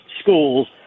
schools